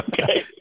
okay